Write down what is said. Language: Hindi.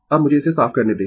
अब मुझे इसे साफ करने दें